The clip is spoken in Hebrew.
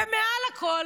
ומעל הכול,